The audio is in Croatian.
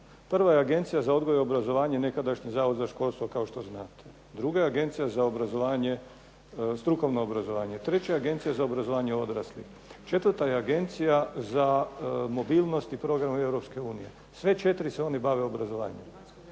Prva je Agencija za odgoj i obrazovanje nekadašnji zavod za školstvo kao što znate. Druga je Agencija za strukovno obrazovanje, treća je Agencija za obrazovanje odraslih, četvrta je Agencija za mobilnost i program Europske unije, sve četiri se one bave obrazovanje